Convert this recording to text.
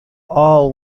all